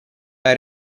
are